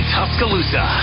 Tuscaloosa